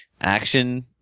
action